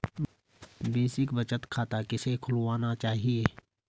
Basic बचत खाता किसे खुलवाना चाहिए?